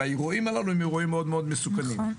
האירועים הללו מאוד מאדו מסוכנים.